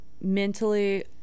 Mentally